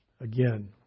Again